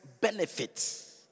benefits